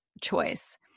choice